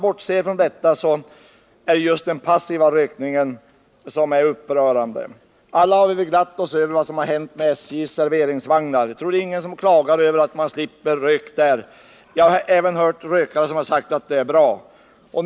Bortsett från detta är det den passiva rökningen som är upprörande. Alla har vi väl glatt oss över vad som hänt med SJ:s serveringsvagnar. Jag tror inte att det är någon som klagar över att man slipper rök där. Jag har hört även rökare som sagt att det förbudet är bra.